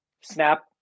Snap